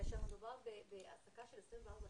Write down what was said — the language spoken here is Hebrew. כאשר מדובר בהעסקה של 24 שעות,